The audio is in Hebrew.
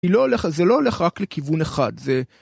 זה לא הולך רק לכיוון אחד, זה...